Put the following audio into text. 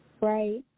Right